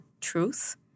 truth